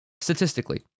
statistically